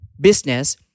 business